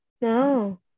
No